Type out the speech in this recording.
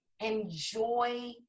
Enjoy